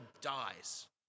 dies